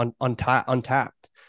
untapped